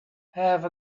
have